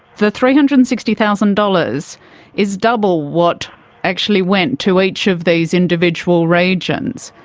the three hundred and sixty thousand dollars is double what actually went to each of these individual regions.